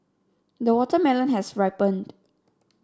the watermelon has ripened